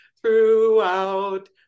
throughout